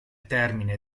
termine